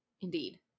indeed